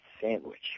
sandwich